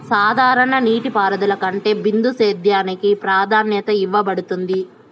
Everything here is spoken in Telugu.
సాధారణ నీటిపారుదల కంటే బిందు సేద్యానికి ప్రాధాన్యత ఇవ్వబడుతుంది